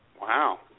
Wow